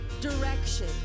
direction